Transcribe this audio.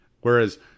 Whereas